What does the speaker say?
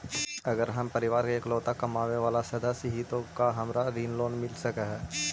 अगर हम परिवार के इकलौता कमाने चावल सदस्य ही तो का हमरा ऋण यानी लोन मिल सक हई?